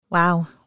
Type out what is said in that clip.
Wow